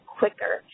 quicker